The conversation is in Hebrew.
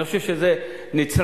אני חושב שזה נצרך,